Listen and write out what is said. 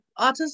autism